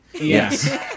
Yes